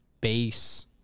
base